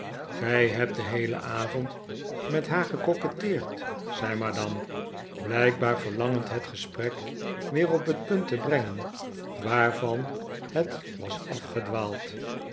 gij hebt den heelen avond met haar gecoquetteerd zei madame blijkbaar verlangend het gesprek weer op het punt te brengen waarvan het was